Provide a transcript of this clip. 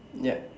ya